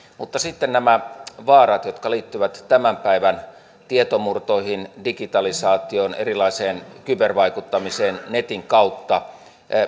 mutta sitten on nämä vaarat jotka liittyvät tänä päivänä tietomurtoihin digitalisaatioon erilaiseen kybervaikuttamiseen netin kautta